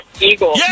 eagle